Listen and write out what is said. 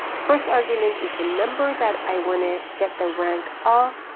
first argument is the number that i wanna get the rank of,